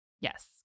Yes